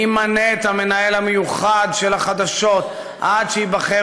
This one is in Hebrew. מי ימנה את המנהל המיוחד של החדשות עד שייבחר